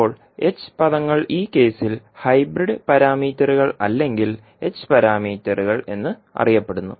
ഇപ്പോൾ h പദങ്ങൾ ഈ കേസിൽ ഹൈബ്രിഡ് പാരാമീറ്ററുകൾ അല്ലെങ്കിൽ h പാരാമീറ്ററുകൾ എന്നറിയപ്പെടുന്നു